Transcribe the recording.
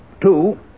Two